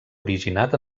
originat